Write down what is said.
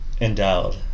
endowed